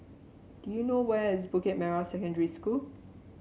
do you know where is Bukit Merah Secondary School